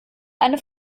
eine